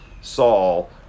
Saul